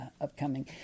Upcoming